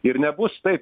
ir nebus taip